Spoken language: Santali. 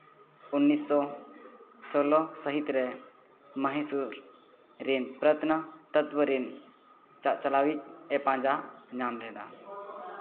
ᱩᱱᱤᱥ ᱥᱚ ᱥᱳᱞᱳ ᱥᱟᱹᱦᱤᱛ ᱨᱮ ᱢᱟᱹᱦᱤᱥᱩᱨ ᱨᱤᱱ ᱯᱨᱚᱛᱱᱚ ᱛᱚᱛᱛᱚ ᱨᱤᱱ ᱪᱟᱜᱼᱪᱟᱞᱟᱣᱤᱡᱽᱼᱮ ᱯᱟᱸᱡᱟ ᱧᱟᱢ ᱞᱮᱫᱟ